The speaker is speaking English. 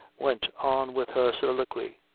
went on with her soliloquy